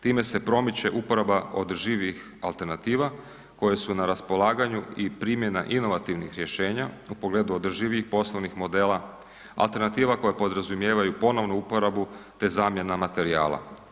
Time se promiče uporaba održivijih alternativa koje su na raspolaganju i primjena inovativnih rješenja u pogledu održivijih poslovnih modela, alternativa koje podrazumijevaju ponovnu uporabu te zamjena materijala.